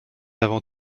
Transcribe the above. avant